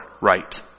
right